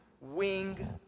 wing